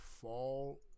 fall